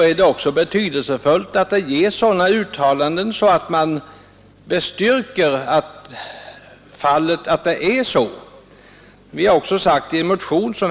Det ger, menar man, den trygghet för familjen uttalanden som bestyrker att det förhåller sig så.